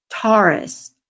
Taurus